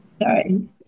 Sorry